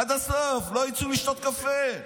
עד הסוף, לא יצאו לשתות קפה.